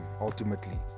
ultimately